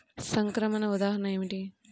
సంక్రమణ ఉదాహరణ ఏమిటి?